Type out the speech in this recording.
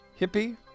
Hippie